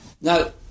Now